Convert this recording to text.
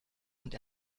und